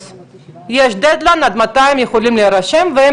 יש דד ליין עד מתי הם יכולים להירשם והם